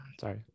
sorry